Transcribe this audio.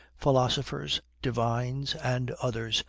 philosophers, divines, and others,